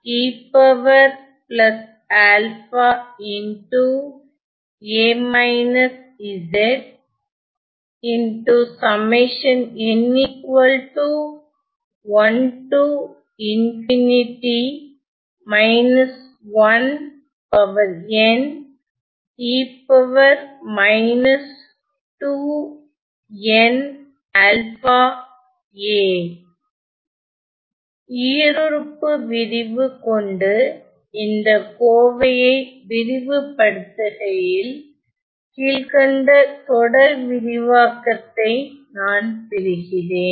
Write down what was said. ஈருறுப்பு விரிவு கொண்டு இந்த கோவையை விரிவு படுத்துகையில் கீழ்கண்ட தொடர் விரிவாக்கத்தை நான் பெறுகிறேன்